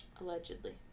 Allegedly